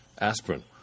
Aspirin